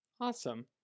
Awesome